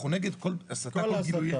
אנחנו נגד כל הסתה, כל גילוי אלימות.